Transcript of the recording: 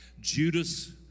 Judas